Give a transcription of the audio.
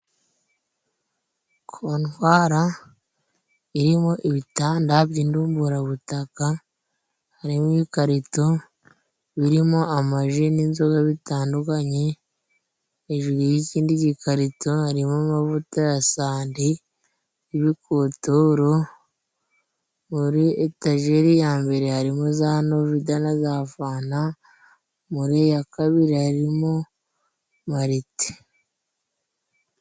Kontwara irimo ibitanda by'indumburabutaka harimo ibikarito birimo amaji n'inzoga bitandukanye, hejuru y'ikindi gikarito harimo amavuta ya santi n'ibikotoro muri etajeri ya mbere harimo za novida na za fanta, muri iyi ya kabiri harimo mariti.